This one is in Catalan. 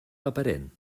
aparent